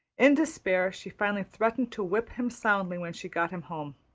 in despair she finally threatened to whip him soundly when she got him home.